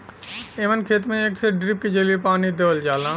एमन खेत में एक ठे ड्रिप के जरिये पानी देवल जाला